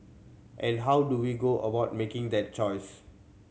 and how do we go about making that choice